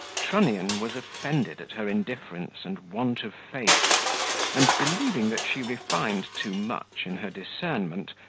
trunnion was offended at her indifference and want of faith and believing that she refined too much in her discernment,